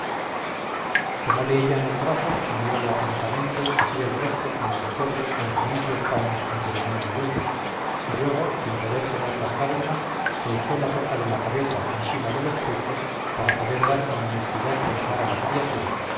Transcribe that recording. tomóle ella en los brazos y miróle atentamente así el rostro como los pobres aunque limpios paños en que venía envuelto y luego sin poder tener las lágrimas se echó la toca de la cabeza encima de los pechos para poder dar con honestidad de mamar a la criatura